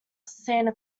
santa